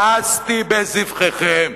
מאסתי בזבחיכם